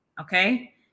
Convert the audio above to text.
Okay